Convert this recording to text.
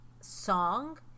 song